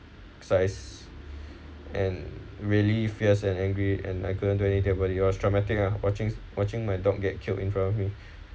size and really fierce and angry and I couldn't do anything about it was traumatic uh watching watching my dog get killed in front of me